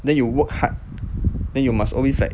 then you work hard then you must always like